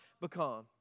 become